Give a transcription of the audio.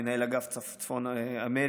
מנהל אגף צפון אמריקה,